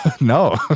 No